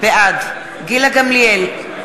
בעד גילה גמליאל,